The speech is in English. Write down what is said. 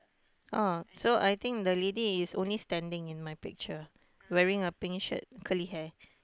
oh so I think the lady is only standing in my picture wearing a pink shirt curly hair